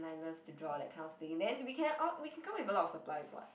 and like loves to draw that kind of thing and then we can or we can come up with a lot of supplies [what]